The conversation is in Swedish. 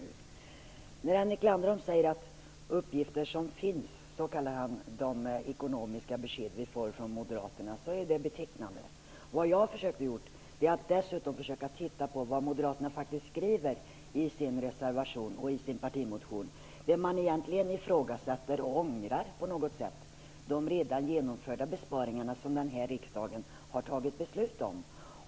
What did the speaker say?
Det är betecknande att Henrik Landerholm kallar de ekonomiska besked som vi får från Moderaterna för uppgifter som finns. Vad jag har försökt att göra är att läsa vad Moderaterna faktiskt skriver i sin reservation och i sin partimotion. Det som de egentligen ifrågasätter och på något sätt ångrar är de redan genomförda besparingarna som denna riksdag har fattat beslut om.